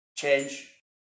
Change